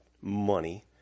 money